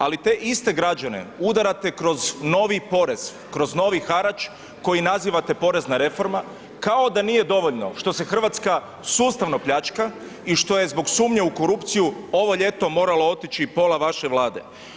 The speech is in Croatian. Ali te iste građane udarate kroz novi porez, kroz novi harač koji nazivate porezna reforma kao da nije dovoljno što se Hrvatska sustavno pljačka i što je zbog sumnje u korupciju ovo ljeto moralo otići pola vaše Vlade.